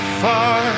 far